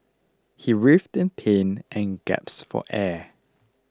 he writhed in pain and gaps for air